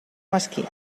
mesquí